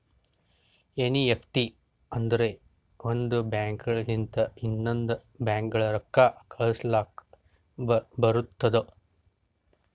NEFT ಅಂದುರ್ ಒಂದ್ bank ಲಿಂತ ಇನ್ನಾ ಒಂದ್ ಬ್ಯಾಂಕ್ಗ ರೊಕ್ಕಾ ಕಳುಸ್ಲಾಕ್ ಬರ್ತುದ್